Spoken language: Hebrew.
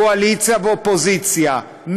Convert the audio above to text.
קואליציה ואופוזיציה,